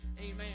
Amen